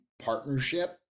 partnership